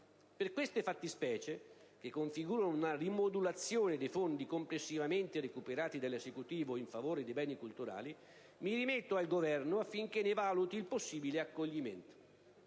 Per queste fattispecie, che configurano una rimodulazione dei fondi complessivamente recuperati dall'Esecutivo in favore dei beni culturali, mi rimetto al Governo affinché ne valuti il possibile accoglimento.